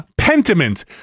Pentiment